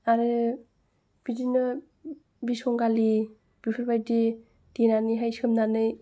आरो बिदिनो बिसंगालि बेफोरबायदि देनानैहाय सोमनानै